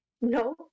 No